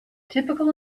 typical